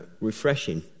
refreshing